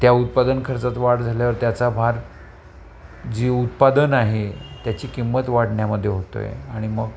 त्या उत्पादन खर्चत वाढ झाल्यावर त्याचा फार जी उत्पादन आहे त्याची किंमत वाढण्यामध्ये होतोय आणि मग